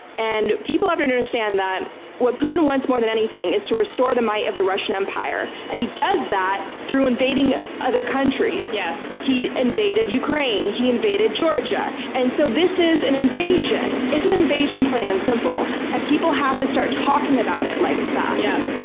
and people have to understand that what putin wants more than anything is to restore the might of the russian empire, and he does that through invading other countries. yes. he invaded ukraine. he invaded georgia. so this is an invasion. it's an an invasion, plain and simple. and people have to start talking about it like that. yeah